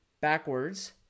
backwards